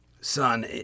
Son